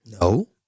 No